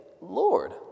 Lord